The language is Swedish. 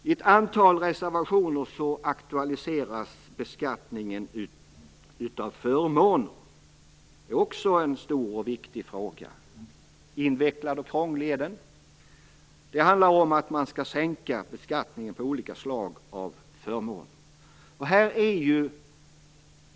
I ett antal reservationer aktualiseras beskattningen av förmåner. Det är också en stor och viktig fråga, invecklad och krånglig. Det handlar om att man vill sänka beskattningen på olika slags förmåner.